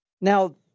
Now